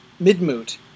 Midmoot